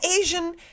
Asian